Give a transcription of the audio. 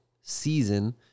season